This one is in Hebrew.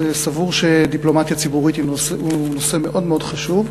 סבור שדיפלומטיה ציבורית היא נושא מאוד מאוד חשוב.